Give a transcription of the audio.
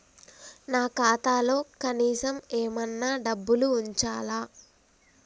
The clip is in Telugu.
నా ఖాతాలో కనీసం ఏమన్నా డబ్బులు ఉంచాలా?